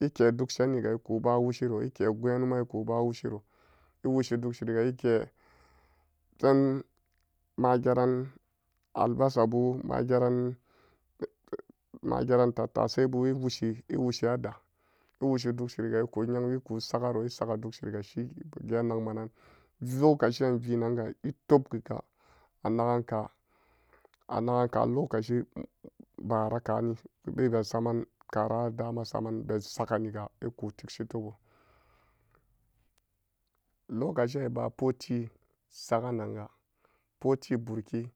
Ekedugsheniga ekuba woshiro eke gu'nyanuman ekuba woshiro edugshiriga eke pen-ma geran albasabu mageran ma-geren tattasaibu ewushi-ewushi ada ewushi dugshiriga eku yeng-eku sagaro esaga dugshiriga shike-geen nagmanan zokacian vin-nanga etepkuga anagon ka, anaganka anaganka lokaci bara kani bega saman karan adama saman saganiga eku tigshi tebo lokaci'an eba poti sagan-nan poti burki